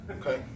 Okay